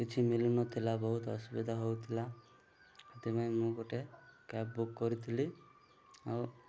କିଛି ମିଳୁନଥିଲା ବହୁତ ଅସୁବିଧା ହଉଥିଲା ସେଥିପାଇଁ ମୁଁ ଗୋଟେ କ୍ୟାବ୍ ବୁକ୍ କରିଥିଲି ଆଉ